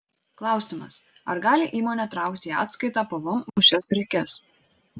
klausimas ar gali įmonė traukti į atskaitą pvm už šias prekes